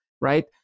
right